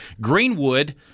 Greenwood